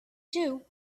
too